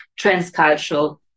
transcultural